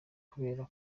kubera